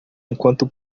enquanto